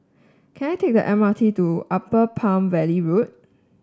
can I take the M R T to Upper Palm Valley Road